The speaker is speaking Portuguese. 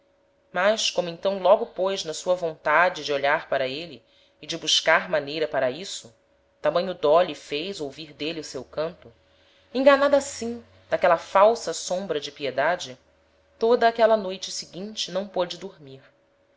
mas como então logo pôs na sua vontade de olhar para êle e de buscar maneira para isso tamanho dó lhe fez ouvir d'êle o seu canto enganada assim d'aquela falsa sombra de piedade toda aquela noite seguinte não pôde dormir